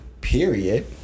period